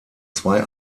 zwei